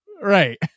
Right